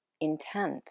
intent